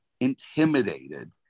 intimidated